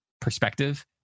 perspective